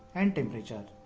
and temperature.